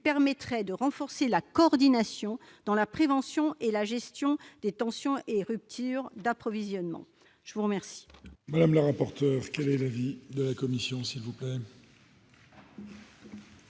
permettrait de renforcer la coordination dans la prévention et la gestion des tensions et ruptures d'approvisionnement. Quel